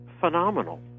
phenomenal